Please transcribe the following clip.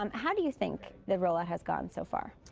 um how do you think the rollout has gone so far?